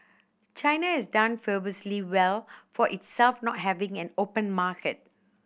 China has done fabulously well for itself not having an open market